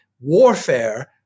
warfare